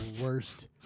worst